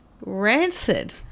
rancid